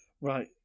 right